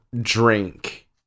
drink